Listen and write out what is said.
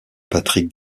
patrick